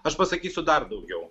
aš pasakysiu dar daugiau